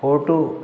photo